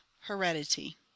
Heredity